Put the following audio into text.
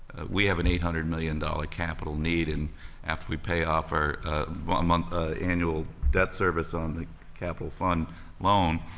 we have an eight hundred million dollars capital need, and after we pay off our but um annual debt service on the capital fund loan,